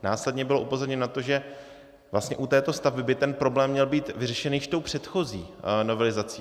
Následně bylo upozorněno na to, že vlastně u této stavby by ten problém měl být vyřešen již tou předchozí novelizací.